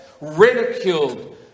ridiculed